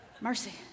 Mercy